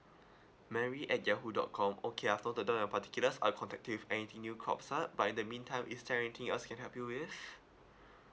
mary at yahoo dot com okay I've noted down your particulars I'll contact you if anything new pops up but in the meantime is there anything else I can help you with